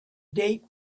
date